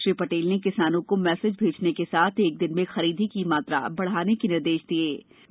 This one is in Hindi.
श्री पटेल ने किसानों को मैसेज भेजने के साथ एक दिन में खरीदी की मात्रा बढ़ाने के निर्देश दिये गये